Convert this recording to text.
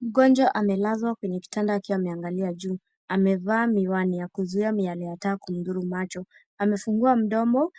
Mgonjwa amelazwa kwenye kitanda akiwa ameangalia juu. Amevaa miwani ya kuzuia miale ya taa kumdhuru macho. Amefungua mdomo